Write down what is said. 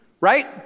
right